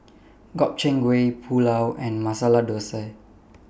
Gobchang Gui Pulao and Masala Dosa